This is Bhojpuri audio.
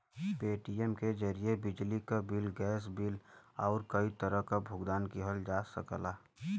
पेटीएम के जरिये बिजली क बिल, गैस बिल आउर कई तरह क भुगतान किहल जा सकला